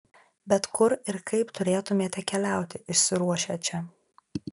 bet kur ir kaip turėtumėte keliauti išsiruošę čia